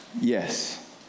Yes